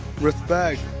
respect